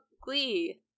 Glee